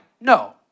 no